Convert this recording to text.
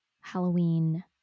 halloween